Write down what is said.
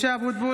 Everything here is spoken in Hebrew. (קוראת בשמות חברי הכנסת) משה אבוטבול,